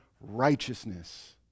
righteousness